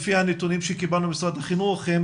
לפי הנתונים שקיבלנו ממשרד החינוך הם